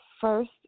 first